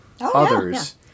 others